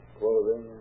clothing